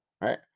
right